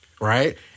right